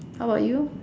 how about you